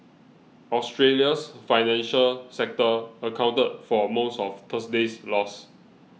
Australia's financial sector accounted for most of Thursday's loss